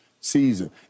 season